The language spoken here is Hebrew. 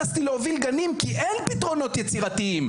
אני מתנצל בפני נציגי משרד החינוך,